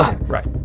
right